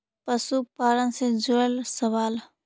पशुपालन से जुड़ल सवाल?